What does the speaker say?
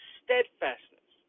steadfastness